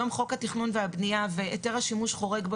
היום חוק התכנון והבנייה והיתר שימוש חורג בו,